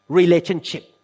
relationship